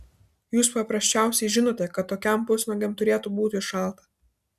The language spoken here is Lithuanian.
jūs paprasčiausiai žinote kad tokiam pusnuogiam turėtų būti šalta